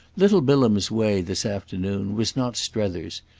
little bilham's way this afternoon was not strether's,